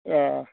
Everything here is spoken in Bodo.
ए